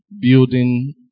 building